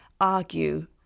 argue